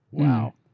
wow.